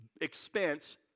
expense